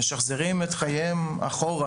משחזרים לאחור את חייהם.